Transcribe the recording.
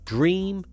Dream